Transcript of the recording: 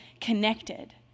connected